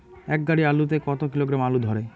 এক গাড়ি আলু তে কত কিলোগ্রাম আলু ধরে?